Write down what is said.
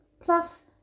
Plus